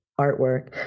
artwork